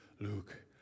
Luke